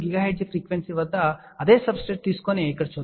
3 GHz పౌనపున్యం వద్ద అదే సబ్స్ట్రెట్ తీసుకొని ఇక్కడ చూద్దాం